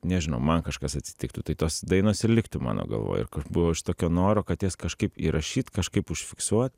nežinau man kažkas atsitiktų tai tos dainos ir liktų mano galvoj ir kur buvo iš tokio noro kad jas kažkaip įrašyt kažkaip užfiksuo